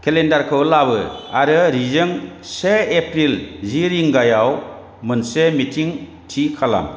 केलेन्डारखौ लाबो आरो रिजों से एप्रिल जि रिंगायाव मोनसे मिटिं थि खालाम